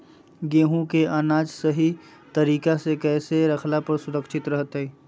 गेहूं के अनाज सही तरीका से कैसे रखला पर सुरक्षित रहतय?